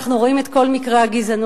אנחנו רואים את כל מקרי הגזענות,